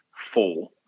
four